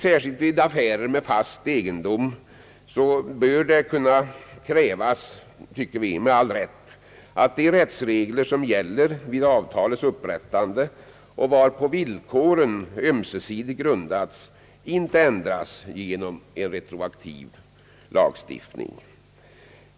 Särskilt vid affärer med fast egendom bör det kunna krävas — som vi tycker med all rätt — att de rättsregler som gäller vid avtalets upprättande och på vilka villkoren ömsesidigt grundats, inte ändras genom en retroaktiv lagstiftning.